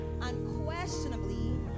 unquestionably